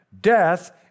death